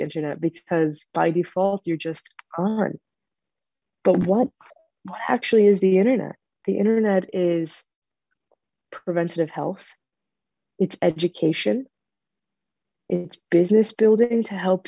internet because by default you're just on but what actually is the internet the internet is preventative health it's education it's business building to help